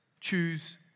choose